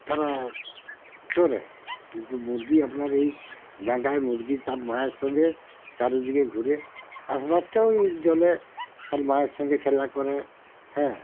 তারা চড়ে কিন্তু মুরগি আপনার এই ডাঙায় মুরগি তার মায়ের সঙ্গে চারিদিকে ঘুরে হাঁস বাচ্চাও ওই জলে আর মায়ের সঙ্গে খেলা করে হ্যাঁ